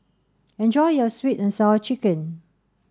enjoy your sweet and sour chicken